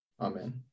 Amen